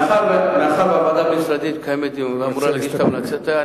מאחר שהוועדה הבין-משרדית מקיימת דיון ואמורה לתת את המלצותיה,